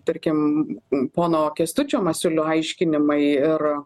tarkim pono kęstučio masiulio aiškinimai ir